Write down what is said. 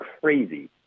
crazy